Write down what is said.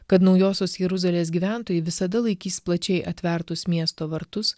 kad naujosios jeruzalės gyventojai visada laikys plačiai atvertus miesto vartus